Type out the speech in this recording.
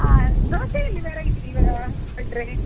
ಹಾಂ ದೋಸೆ ಅಲ್ಲಿ ವೆರೈಟಿ ಇಲ್ವಾ ಭಟ್ರೇ